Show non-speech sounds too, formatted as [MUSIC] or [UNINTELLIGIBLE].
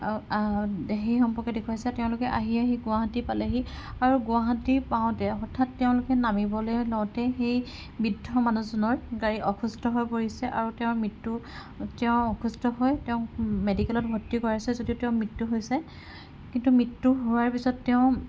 সেই সম্পৰ্কে দেখুৱাইছে তেওঁলোকে আহি আহি গুৱাহাটী পালেহি আৰু গুৱাহাটী পাওঁতে হঠাৎ তেওঁলোকে নামিবলে লওঁতেই সেই বৃদ্ধ মানুহজনৰ [UNINTELLIGIBLE] অসুস্থ হৈ পৰিছে আৰু তেওঁৰ ৰ্মৃত্যু তেওঁ অসুস্থ হৈ তেওঁক মেডিকেলত ভৰ্তি কৰাইছে যদিও তেওঁৰ মৃত্যু হৈছে কিন্তু মৃত্যু হোৱাৰ পিছত তেওঁ